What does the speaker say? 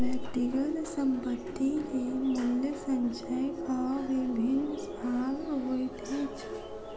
व्यक्तिगत संपत्ति के मूल्य संचयक विभिन्न भाग होइत अछि